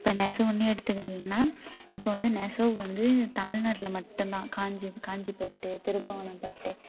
இப்போ நெசவுன்னு எடுத்துக்கிட்டிங்கனா இப்போ வந்து நெசவு வந்து தமிழ்நாட்டில் மட்டுந்தான் காஞ்சி காஞ்சிப்பட்டு திருபுவனம் பட்டு